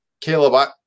Caleb